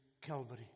Calvary